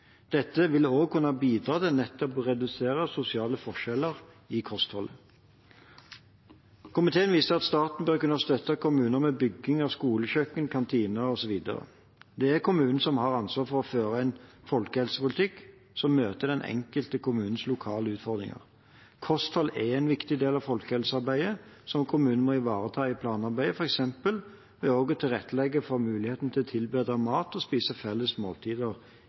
Dette vil også kunne bidra til nettopp å redusere sosiale forskjeller i kosthold. Komiteen viser til at staten bør kunne støtte kommunene med bygging av skolekjøkken, kantine osv. Det er kommunen som har ansvar for å føre en folkehelsepolitikk som møter den enkelte kommunes lokale utfordringer. Kosthold er en viktig del av folkehelsearbeidet som kommunen må ivareta i planarbeidet f.eks. ved å tilrettelegge for muligheten til å tilberede mat og spise felles måltider